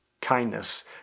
kindness